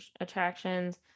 attractions